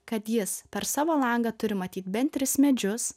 kad jis per savo langą turi matyt bent tris medžius